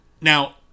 Now